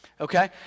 Okay